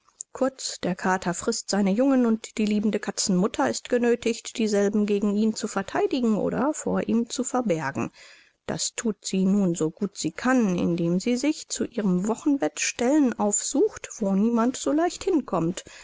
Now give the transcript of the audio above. kurz der kater frißt seine jungen und die liebende katzenmama ist genöthigt dieselben gegen ihn zu vertheidigen oder vor ihm zu verbergen das thut sie nun so gut sie kann indem sie sich zu ihrem wochenbett stellen aufsucht wo niemand so leicht hinkommt